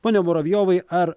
pone muravjovai ar